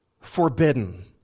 forbidden